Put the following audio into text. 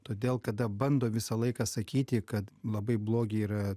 todėl kada bando visą laiką sakyti kad labai blogi yra